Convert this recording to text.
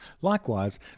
Likewise